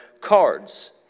cards